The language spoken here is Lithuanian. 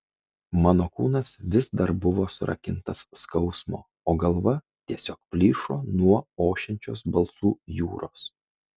mano kūnas vis dar buvo surakintas skausmo o galva tiesiog plyšo nuo ošiančios balsų jūros